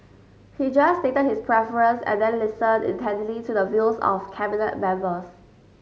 he just stated his preference and then listened intently to the views of Cabinet members